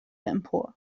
empor